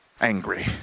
angry